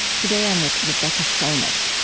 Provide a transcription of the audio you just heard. today i'm with rebecca solnit.